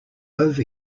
over